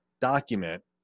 document